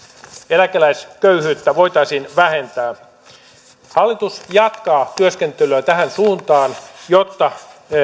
eläkeläisköyhyyttä voitaisiin vähentää hallitus jatkaa työskentelyä tähän suuntaan jotta